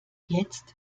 jetzt